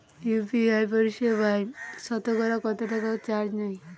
UPI পরিসেবায় সতকরা কতটাকা চার্জ নেয়?